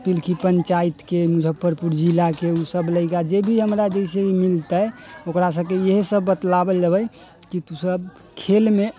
पिलकी पञ्चायतके मुजफ्फरपुर जिलाके उ सब लड़िका जे भी हमरा जैसे मिलतै ओकरा सबके इहे सब बतलाबल जेबै की तू सब खेलमे